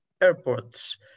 airports